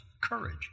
Courage